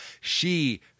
she-